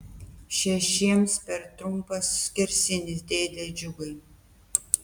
šešiems per trumpas skersinis dėde džiugai